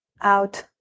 out